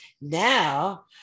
now